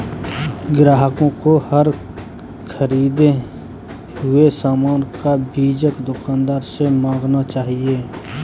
ग्राहकों को हर ख़रीदे हुए सामान का बीजक दुकानदार से मांगना चाहिए